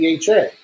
DHA